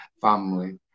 family